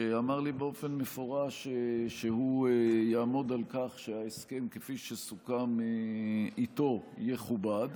שאמר לי באופן מפורש שהוא יעמוד על כך שההסכם כפי שסוכם איתו יכובד.